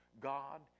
God